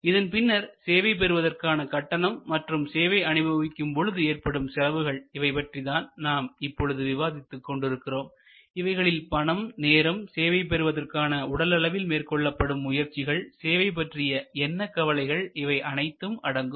இதன் பின்னர் சேவை பெறுவதற்கான கட்டணம் மற்றும் சேவை அனுபவிக்கும் பொழுது ஏற்படும் செலவுகள் இவை பற்றி தான் நாம் இப்பொழுது விவாதித்துக் கொண்டிருக்கிறோம் இவைகளில் பணம் நேரம் சேவை பெறுவதற்கான உடல் அளவில் மேற்கொள்ளப்படும் முயற்சிகள்சேவை பற்றிய எண்ண கவலைகள் இவைகள் அனைத்தும் அடங்கும்